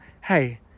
hey